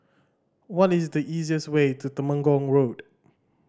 what is the easiest way to Temenggong Road